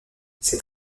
ses